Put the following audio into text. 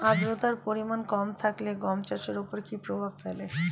আদ্রতার পরিমাণ কম থাকলে গম চাষের ওপর কী প্রভাব ফেলে?